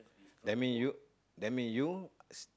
that mean you that mean you s~